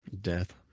Death